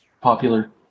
popular